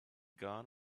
gone